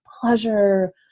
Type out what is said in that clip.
pleasure